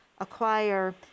acquire